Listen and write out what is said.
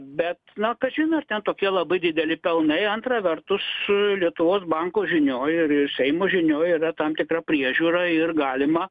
bet kažin ar ten tokie labai dideli pelnai antra vertus lietuvos banko žinioj ir ir seimo žinioj yra tam tikra priežiūra ir galima